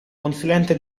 consulente